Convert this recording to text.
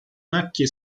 macchie